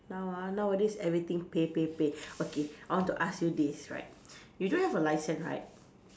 now ah nowadays everything pay pay pay okay I want to ask you this right you don't have a licence right